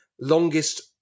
Longest